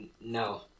no